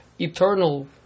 eternal